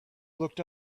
looked